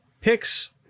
picks